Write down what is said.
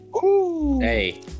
Hey